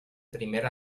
primer